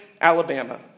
Alabama